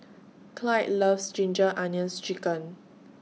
Clide loves Ginger Onions Chicken